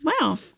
Wow